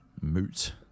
moot